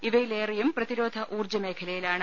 ഇവയിലേറെയും പ്രതിരോധ ഊർജ്ജ മേഖലയിലാണ്